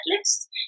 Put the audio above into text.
list